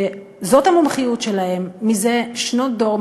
שזאת המומחיות שלהן זה שנות דור,